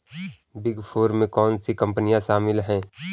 Big four में कौन सी कंपनियाँ शामिल हैं?